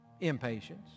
Impatience